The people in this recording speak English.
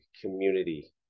community